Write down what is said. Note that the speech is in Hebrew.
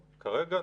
כרגע,